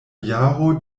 jaro